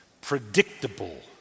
predictable